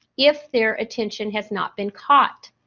if their attention has not been caught.